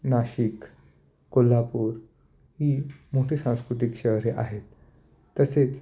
नाशिक कोल्हापूर ही मोठी सांस्कृतिक शहरे आहेत तसेच